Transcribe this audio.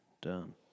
done